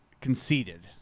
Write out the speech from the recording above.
conceded